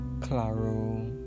Claro